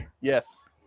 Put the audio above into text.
Yes